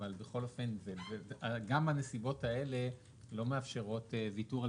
אבל גם הנסיבות האלה לא מאפשרות ויתור על